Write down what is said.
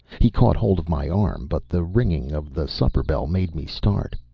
he caught hold of my arm, but the ringing of the supper bell made me start.